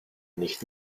nicht